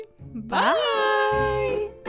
Bye